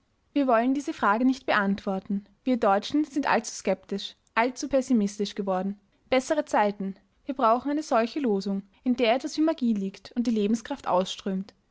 wir wollen diese fragen nicht beantworten wir deutschen sind allzu skeptisch allzu pessimistisch geworden bessere zeiten wir brauchen eine solche losung in der etwas wie magie liegt und die lebenskraft ausströmt